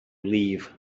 leave